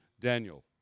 Daniel